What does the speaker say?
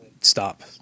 stop